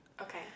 Okay